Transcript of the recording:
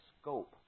scope